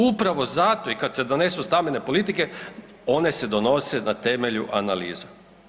Upravo zato i kad se donesu stambene politike one se donose na temelju analiza.